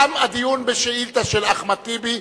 תם הדיון בשאילתא של אחמד טיבי,